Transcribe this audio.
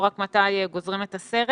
ולא רק מתי גוזרים את הסרט.